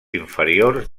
inferiors